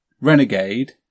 Renegade